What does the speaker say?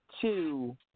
two